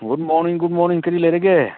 good morning good morning ꯀꯔꯤ ꯂꯩꯔꯒꯦ